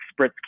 spritz